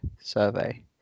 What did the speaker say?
survey